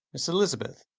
miss elizabeth!